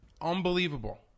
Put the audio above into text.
unbelievable